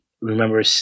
remember